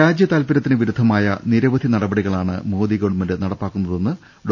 രാജ്യ താൽപര്യത്തിന് വിരുദ്ധമായ നിരവധി നടപടികളാണ് മോദി ഗവൺമെന്റ് നടപ്പാക്കുന്നതെന്ന് ഡോ